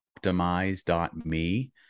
optimize.me